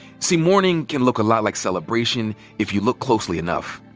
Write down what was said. see, mourning can look a lot like celebration if you look closely enough.